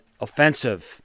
offensive